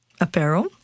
apparel